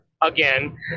Again